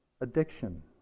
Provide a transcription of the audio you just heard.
addiction